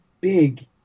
big